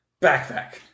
Backpack